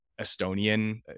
Estonian